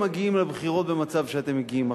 מגיעים לבחירות במצב שאתם מגיעים עכשיו.